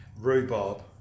rhubarb